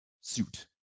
suit